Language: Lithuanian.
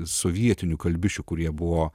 sovietinių kalbišių kurie buvo